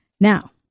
Now